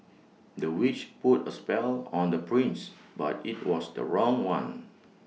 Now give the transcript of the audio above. the witch put A spell on the prince but IT was the wrong one